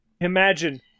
Imagine